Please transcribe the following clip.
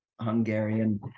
Hungarian